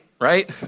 right